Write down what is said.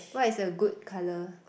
what is a good colour